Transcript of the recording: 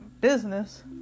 business